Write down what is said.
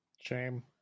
Shame